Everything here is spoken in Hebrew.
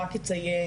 רק אציין,